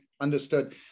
Understood